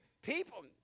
People